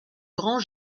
grand